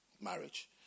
marriage